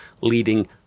leading